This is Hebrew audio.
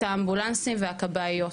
את האמבולנסים והכבאיות.